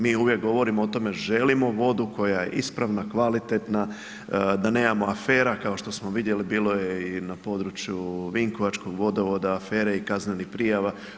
Mi uvijek govorimo o tome, želimo vodu koja je ispravna, kvalitetna, da nemamo afera kao što smo vidjeli, bilo je i na području vinkovačkog vodovoda, afere i kaznenih prijava.